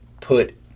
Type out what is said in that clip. put